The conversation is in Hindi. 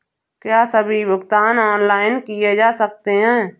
क्या सभी भुगतान ऑनलाइन किए जा सकते हैं?